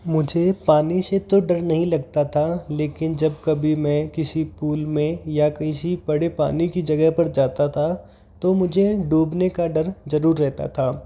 मुझे पानी से तो डर नहीं लगता था लेकिन जब कभी मैं किसी पूल में या किसी बड़े पानी की जगे पर जाता था तो मुझे डूबने का डर जरूर रहता था